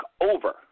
over